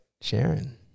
Sharon